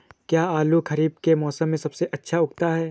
क्या आलू खरीफ के मौसम में सबसे अच्छा उगता है?